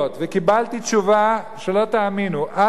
וקיבלתי תשובה שלא תאמינו: א.